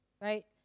right